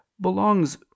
belongs